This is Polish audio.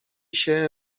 się